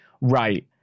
right